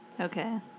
Okay